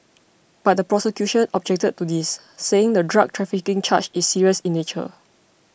but the prosecution objected to this saying the drug trafficking charge is serious in nature